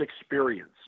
experience